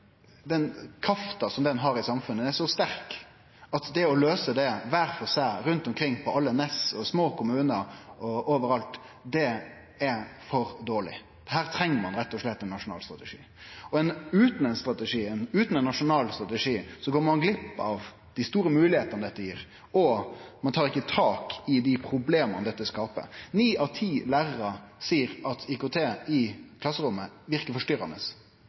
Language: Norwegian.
krafta som han har i samfunnet, er så sterk at det å løyse det, kvar for seg, rundt omkring på alle nes og i små kommunar og overalt, vil vere for dårleg. Her treng ein rett og slett ein nasjonal strategi. Utan ein nasjonal strategi går ein glipp av dei store moglegheitene dette gir, og ein tar ikkje tak i dei problema dette skapar. Ni av ti lærarar seier at IKT i klasserommet verkar forstyrrande.